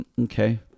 okay